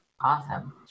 Awesome